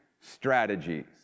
strategies